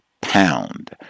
pound